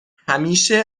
همیشه